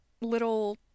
little